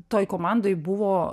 toj komandoj buvo